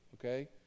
okay